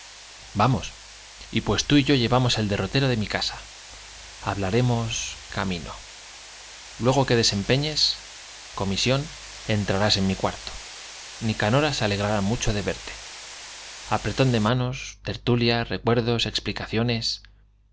vamos y pues tú y yo llevamos el derrotero de mi casa hablaremos camino luego que desempeñes comisión entrarás en mi cuarto nicanora se alegrará mucho de verte apretón de manos tertu lia recuerdos explicaciones